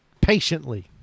Patiently